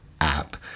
app